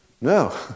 No